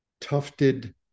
tufted